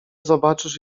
zobaczysz